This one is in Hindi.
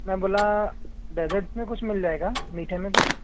मैं बोला डेजर्ट्स में कुछ मिल जाएगा मीठे में कुछ